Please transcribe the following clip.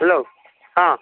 hello ହଁ